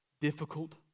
difficult